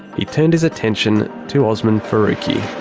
he turned his attention to osman faruqi.